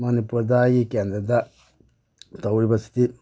ꯃꯅꯤꯄꯨꯔꯗ ꯑꯩꯒꯤ ꯀꯦꯟꯗ꯭ꯔꯗ ꯇꯧꯔꯤꯕꯁꯤꯗꯤ